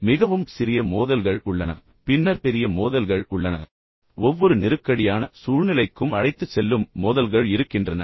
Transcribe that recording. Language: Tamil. உண்மையில் மிகவும் சிறிய மோதல்கள் உள்ளன பின்னர் பெரிய மோதல்கள் உள்ளன ஒவ்வொரு நெருக்கடி வகையான சூழ்நிலைக்கும் நம்மை அழைத்துச் செல்லும் மோதல்கள் இருக்கின்றன